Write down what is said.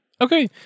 Okay